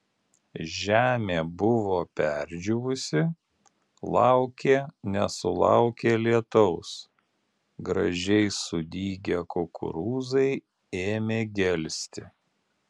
žemė buvo perdžiūvusi laukė nesulaukė lietaus gražiai sudygę kukurūzai ėmė gelsti